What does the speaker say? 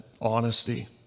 honesty